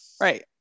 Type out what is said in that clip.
Right